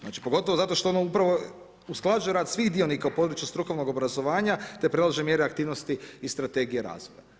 Znači pogotovo zato što ono upravo usklađuje rad svih dionika u području strukovnog obrazovanja, te predlaže mjere aktivnosti i Strategije razvoja.